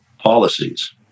policies